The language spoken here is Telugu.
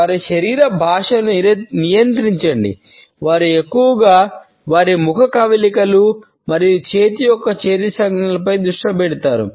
వారి శరీర భాషను నియంత్రించండి వారు ఎక్కువగా వారి ముఖ కవళికలు మరియు చేతి మరియు చేయి సంజ్ఞలపై దృష్టి పెడతారు